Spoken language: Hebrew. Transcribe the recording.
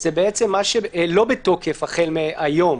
זה בעצם מה שלא בתוקף החל מהיום,